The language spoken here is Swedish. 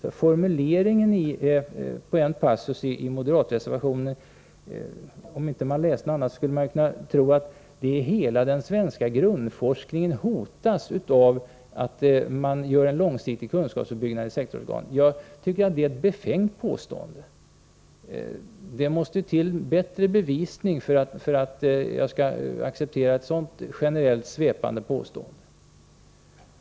Av formuleringen i en passus i moderatreservationen skulle man kunna tro att hela den svenska grundforskningen hotas av att man gör en långsiktig kunskapsuppbyggnad i sektorsorganen. Jag tycker att det är ett befängt påstående. Det måste till bättre bevisning för att jag skall acceptera ett sådant generellt, svepande påstående.